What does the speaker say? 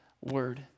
word